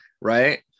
right